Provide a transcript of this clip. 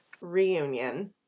reunion